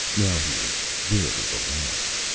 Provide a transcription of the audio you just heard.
now he is nearly the last.